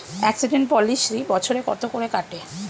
Accident policy বছরে কত করে কাটে?